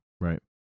Right